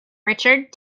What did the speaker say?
richard